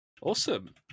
awesome